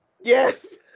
Yes